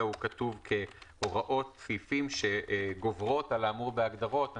הוא כתוב כהוראות סעיפים שגוברות על האמור בהגדרות.